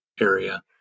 area